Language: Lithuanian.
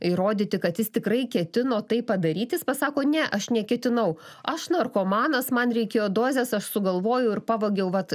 įrodyti kad jis tikrai ketino tai padaryti jis pasako ne aš neketinau aš narkomanas man reikėjo dozės aš sugalvojau ir pavogiau vat